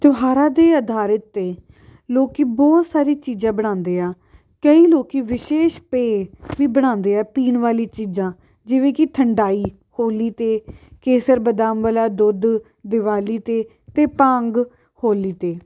ਤਿਉਹਾਰਾਂ ਦੇ ਆਧਾਰਿਤ 'ਤੇ ਲੋਕ ਬਹੁਤ ਸਾਰੇ ਚੀਜ਼ਾਂ ਬਣਾਉਂਦੇ ਆ ਕਈ ਲੋਕ ਵਿਸ਼ੇਸ਼ ਪੇ ਵੀ ਬਣਾਉਂਦੇ ਆ ਪੀਣ ਵਾਲੀ ਚੀਜ਼ਾਂ ਜਿਵੇਂ ਕਿ ਠੰਡਾਈ ਹੋਲੀ 'ਤੇ ਕੇਸਰ ਬਦਾਮ ਵਾਲਾ ਦੁੱਧ ਦਿਵਾਲੀ 'ਤੇ ਅਤੇ ਭੰਗ ਹੋਲੀ 'ਤੇ